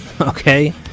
Okay